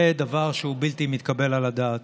זה דבר שהוא בלתי מתקבל על הדעת.